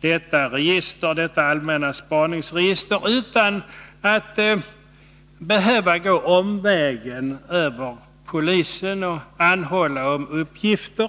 detta allmänna spaningsregister utan att behöva gå omvägen över polisen och anhålla om uppgifter.